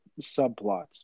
subplots